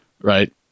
Right